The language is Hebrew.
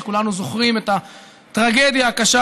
כולנו זוכרים את הטרגדיה הקשה,